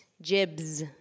jibs